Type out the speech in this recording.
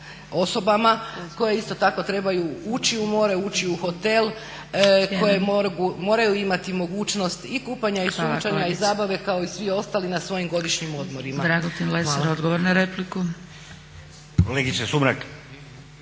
koje isto tako trebaju ući u more, ući u hotel, koje moraju imati mogućnost i kupanja i sunčanja i zabave kao i svi ostali na svojim godišnjim odmorima.